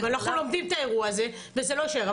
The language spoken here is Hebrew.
ואנחנו לומדים את האירוע הזה וזה לא יישאר.